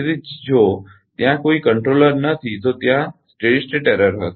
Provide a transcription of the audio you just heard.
તેથી જો ત્યાં કોઈ નિયંત્રક કંટ્રોલર નથી તો ત્યાં સ્થિર સ્થિતી ભૂલ હશે